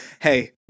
Hey